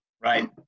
Right